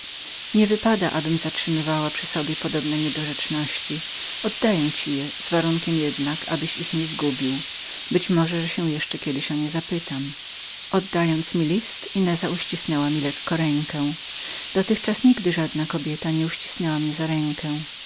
nie wypada abym zatrzymywała przy sobie podobne niedorzeczności oddaję je panu z warunkiem jednak abyś ich nie zgubił być może że się jeszcze kiedy o nie zapytam oddając mi list ineza ścisnęła mnie lekko za rękę dotychczas nigdy żadna kobieta nie ścisnęła mnie za rękę